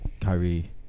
Kyrie